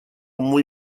muy